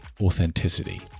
authenticity